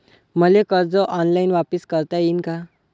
मले कर्ज ऑनलाईन वापिस करता येईन का?